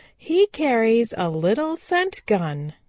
he carries a little scent gun.